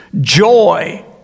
Joy